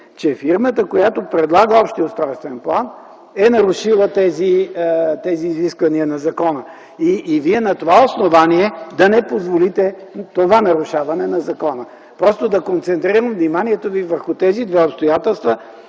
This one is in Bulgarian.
че фирмата, която предлага общия устройствен план, е нарушила тези изисквания на закона и Вие на това основание да не позволите това нарушаване на закона? Просто искам да концентрирам вниманието върху тези две обстоятелства,